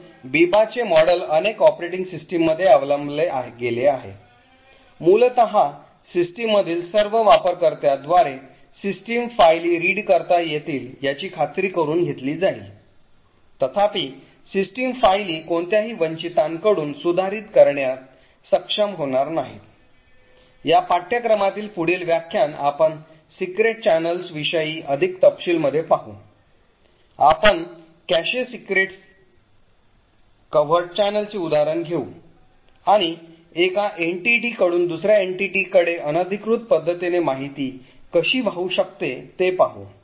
म्हणून बीबाचे मॉडेल अनेक ऑपरेटिंग सिस्टममध्ये अवलंबले गेले आहे मूलत सिस्टममधील सर्व वापरकर्त्यांद्वारे सिस्टम फायली रीड करता येतील याची खात्री करुन घेतली जाईल तथापि सिस्टम फायली कोणत्याही वंचितांकडून सुधारित करण्यात सक्षम होणार नाहीत या पाठ्यक्रमातील पुढील व्याख्यान आपण सिक्रेट channels विषयी अधिक तपशील मध्ये पाहू आपण कॅशे secret covert channel चे उदाहरण घेऊ आणि एका एंटीटी कडून दुसर्या एंटीटी कडे अनधिकृत पद्धतीने माहिती कशी वाहू शकते ते पाहू